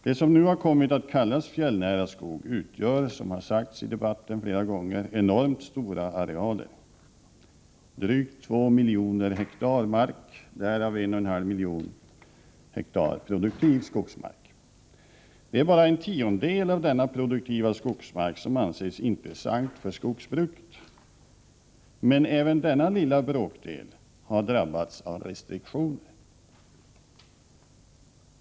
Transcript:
Det som nu har kommit att kallas fjällnära skog utgör, som har sagts i debatten flera gånger, enormt stora arealer, drygt 2 miljoner hektar mark varav 1,5 miljoner hektar produktiv skogsmark. Det är bara en tiondel av denna produktiva skogsmark som anses intressant för skogsbruket. Men även denna lilla bråkdel har drabbats av restriktioner.